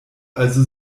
also